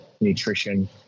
nutrition